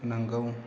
नोंगौ